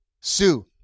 sue